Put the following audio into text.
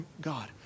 God